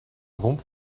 romp